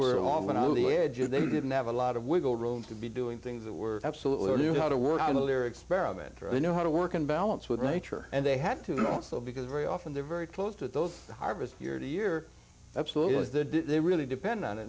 edges they didn't have a lot of wiggle room to be doing things that were absolutely knew how to work out of their experimenter i know how to work in balance with nature and they had two months though because very often they're very close to those harvest year to year absolutely is that they really depend on it